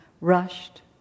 rushed